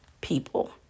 people